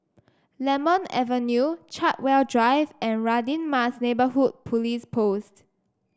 Lemon Avenue Chartwell Drive and Radin Mas Neighbourhood Police Post